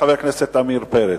חבר הכנסת עמיר פרץ,